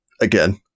again